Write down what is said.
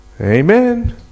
Amen